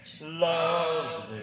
love